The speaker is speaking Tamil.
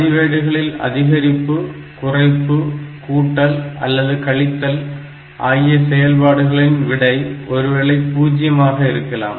பதிவேடுகளில் அதிகரிப்பு குறைப்பு கூட்டல் அல்லது கழித்தல் ஆகிய செயல்பாடுகளின் விடை ஒருவேளை பூஜ்யமாக இருக்கலாம்